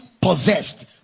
possessed